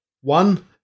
One